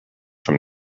from